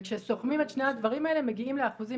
וכשסוכמים את שני הדברים האלה מגיעים לאחוזים